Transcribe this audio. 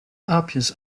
aapjes